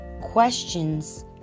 questions